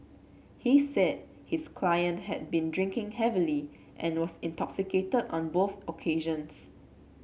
he said his client had been drinking heavily and was intoxicated on both occasions